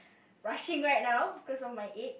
rushing right now cause of my age